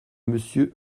monsieur